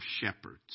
shepherds